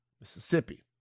Mississippi